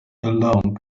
along